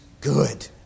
good